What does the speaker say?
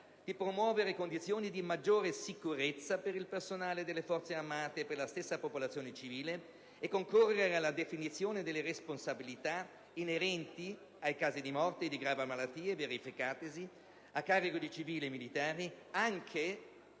di promuovere condizioni di maggiore sicurezza per il personale delle Forze armate e per la stessa popolazione civile e potrebbe servire a concorrere alla definizione delle responsabilità inerenti ai casi di morte e di gravi malattie verificatisi a carico di civili e militari, anche ai